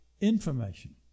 information